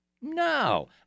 No